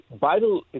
Bible